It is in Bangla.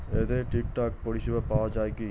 এতে ঠিকঠাক পরিষেবা পাওয়া য়ায় কি?